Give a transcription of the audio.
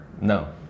No